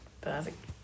perfect